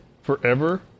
forever